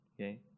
Okay